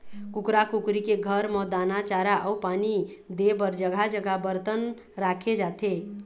कुकरा कुकरी के घर म दाना, चारा अउ पानी दे बर जघा जघा बरतन राखे जाथे